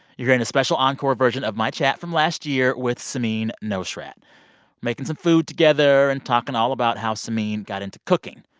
you're hearing a special encore version of my chat from last year with samin nosrat. we're making some food together and talking all about how samin got into cooking.